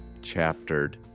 chaptered